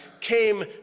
came